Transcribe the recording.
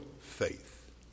faith